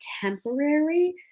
temporary